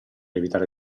evitare